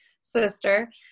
sister